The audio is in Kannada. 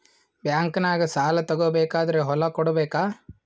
ಬ್ಯಾಂಕ್ನಾಗ ಸಾಲ ತಗೋ ಬೇಕಾದ್ರ್ ಹೊಲ ಕೊಡಬೇಕಾ?